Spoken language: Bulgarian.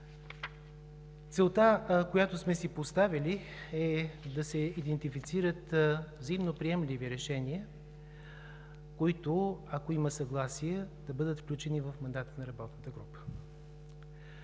Целта, която сме си поставили, е да се идентифицират взаимно приемливи решения, които – ако има съгласие, да бъдат включени в мандата на работната група.